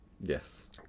Yes